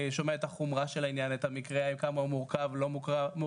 שומע את החומרה של המקרה ועד כמה הוא מורכב או לא מורכב,